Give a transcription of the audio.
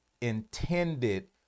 intended